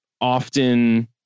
often